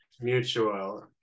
Mutual